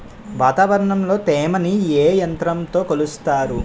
వాతావరణంలో తేమని ఏ యంత్రంతో కొలుస్తారు?